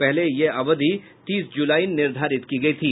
पहले यह अवधि तीस जुलाई निर्धारित की गयी थी